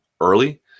early